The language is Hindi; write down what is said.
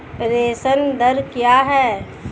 प्रेषण दर क्या है?